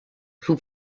who